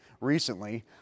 Recently